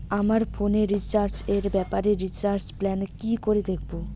আমার ফোনে রিচার্জ এর ব্যাপারে রিচার্জ প্ল্যান কি করে দেখবো?